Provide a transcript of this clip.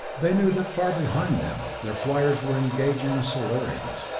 they knew that, far behind them, their fliers were engaging the solarians.